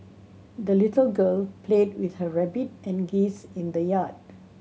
the little girl played with her rabbit and geese in the yard